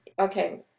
okay